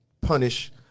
punish